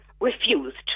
refused